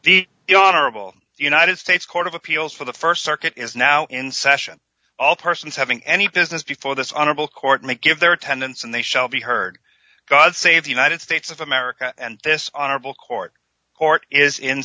the honorable the united states court of appeals for the st circuit is now in session all persons having any business before this honorable court may give their attendance and they shall be heard god save the united states of america and this honorable court court is in